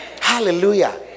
Hallelujah